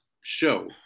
show